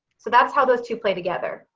so that's how those two play together.